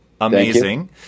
Amazing